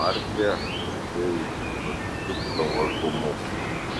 markė garsėjusi solidžiu pravažumu